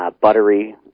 buttery